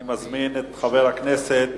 אני מזמין את חבר הכנסת